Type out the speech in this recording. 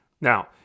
Now